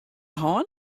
hân